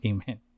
Amen